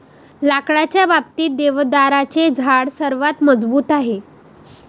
लाकडाच्या बाबतीत, देवदाराचे झाड सर्वात मजबूत आहे